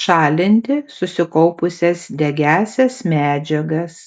šalinti susikaupusias degiąsias medžiagas